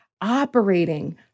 operating